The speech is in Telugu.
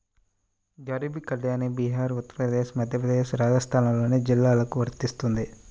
గరీబ్ కళ్యాణ్ బీహార్, ఉత్తరప్రదేశ్, మధ్యప్రదేశ్, రాజస్థాన్లోని జిల్లాలకు వర్తిస్తుంది